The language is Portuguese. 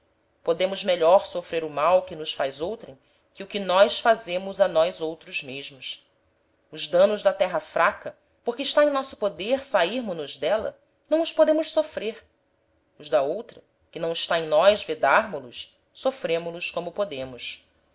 podemos melhor sofrer o mal que nos faz outrem que o que nós fazemos a nós outros mesmos os danos da terra fraca porque está em nosso poder sairmo nos d'éla não os podemos sofrer os da outra que não está em nós vedarmo los sofrêmo los como podemos